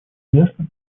известно